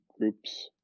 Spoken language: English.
groups